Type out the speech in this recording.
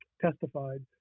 testified